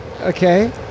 Okay